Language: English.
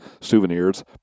souvenirs